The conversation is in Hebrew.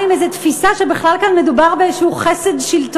תודה, חברי אילן גילאון.